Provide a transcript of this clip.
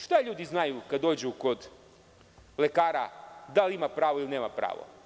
Šta ljudi znaju kad dođu kod lekara da li imaju pravo ili nemaju pravo?